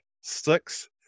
six